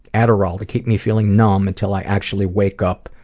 aderol to keep me feeling numb until i actually wake up,